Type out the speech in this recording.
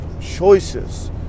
choices